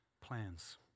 plans